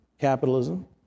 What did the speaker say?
Capitalism